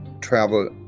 travel